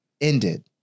ended